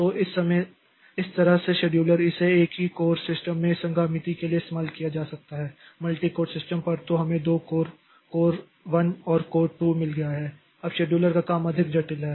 तो इस तरह से शेड्यूलर इसे एक ही कोर सिस्टम में संगामिति के लिए इस्तेमाल किया जा सकता है मल्टी कोर सिस्टम पर तो हमें 2 कोर कोर 1 और कोर 2 मिल गया है अब शेड्यूलर का काम अधिक जटिल है